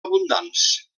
abundants